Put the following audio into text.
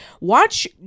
watch